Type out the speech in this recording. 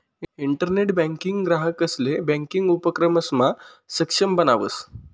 internet banking ग्राहकंसले banking उपक्रमसमा सक्षम बनावस